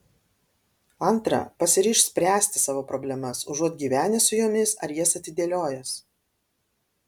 antra pasiryžk spręsti savo problemas užuot gyvenęs su jomis ar jas atidėliojęs